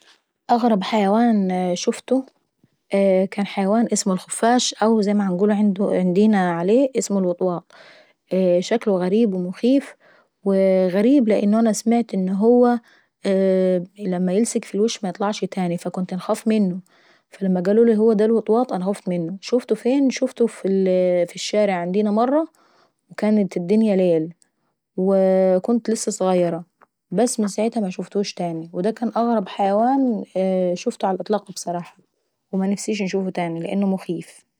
اغرب حيوان شوفته كان حيوان اسمه الخفاش او زي ما عنقوله عندو عندينا عليه الوطواط. اييه شكله غريب ومخيف وغريب لان انا سمعت ان هو لما يلسق في الوش ميطلعش تاناي فكنت انخاف منه. فلما قالولي ان هو دا الوطواط انا خفت منه. شوفته فين؟ شوفته في الشارع مرة عندينا و كانت الدنيا ليل وكنت لسة صغير بس من سيعيتها مشوفتهوش تاني. دا كان اغرب حيوان شوفته في حياتي ومنفسيش انشوفه تاناي، لأنه مخيف.